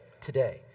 Today